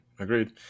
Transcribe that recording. Agreed